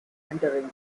entering